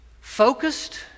focused